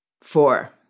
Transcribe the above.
Four